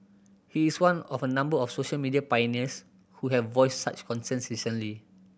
he is one of a number of social media pioneers who have voiced such concerns recently